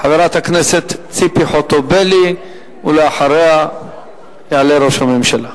חברת הכנסת ציפי חוטובלי, ואחריה יעלה ראש הממשלה.